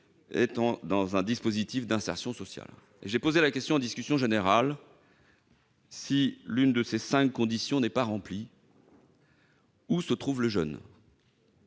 trouve dans un dispositif d'insertion sociale. J'ai posé la question lors de la discussion générale : si l'une de ces cinq conditions n'est pas remplie, où se trouve le jeune ?